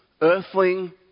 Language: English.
Earthling